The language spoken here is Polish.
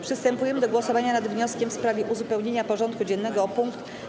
Przystępujemy do głosowania nad wnioskiem w sprawie uzupełnienia porządku dziennego o punkt: